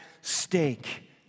stake